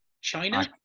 China